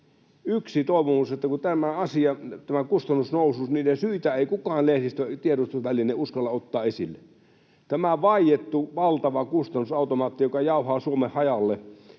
yksi toivomus. Tämän kustannusnousun syitä ei mikään lehdistö, tiedotusväline uskalla ottaa esille. Tämä on vaiettu valtava kustannusautomaatti, joka jauhaa Suomen hajalle.